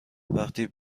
وقتی